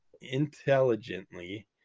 intelligently